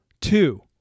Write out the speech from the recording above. Two